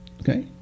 Okay